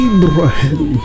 Abraham